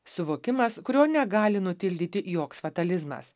suvokimas kurio negali nutildyti joks fatalizmas